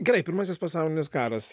gerai pirmasis pasaulinis karas